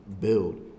Build